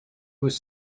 was